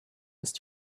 ist